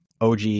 OG